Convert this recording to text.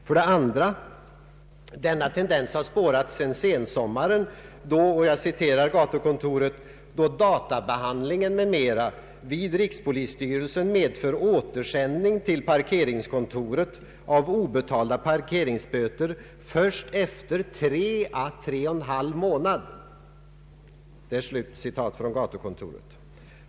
För det andra har denna utveckling spårats alltsedan sensommaren, ”då databehandlingen m.m. vid rikspolisstyrelsen medför återsändning till parkeringskontoret av obetalda parkeringsböter först efter 3 å 3 1/2 månad”.